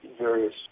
various